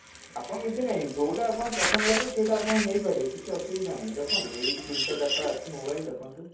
ଆପଣ କିଛି ନାହିଁ ଯେଉଁଟା ଆପଣ ପସନ୍ଦ ଲାଗୁଛି ସେଇଟା ଆପଣ ନେଇପାରିବେ କିଛି ଅସୁବିଧା ନାହିଁ ଦେଖନ୍ତୁ ଏଇଟି ତିନିଟା ଚାରିଟା ଅଛି ମୋବାଇଲ୍ ଦେଖନ୍ତୁ